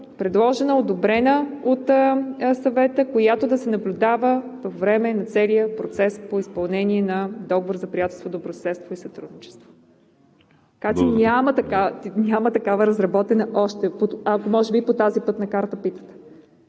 предложена и одобрена от Съвета, която да се наблюдава по време на целия процес по изпълнение на Договора за приятелство, добросъседство и сътрудничество. Няма такава разработена още, ако питате може би по тази пътна карта.